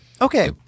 Okay